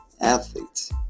athletes